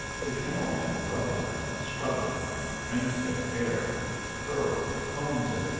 the kennel-men rubbed em and scrubbed em, and trims their hair and curls and combs it,